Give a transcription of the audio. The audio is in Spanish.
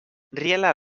riela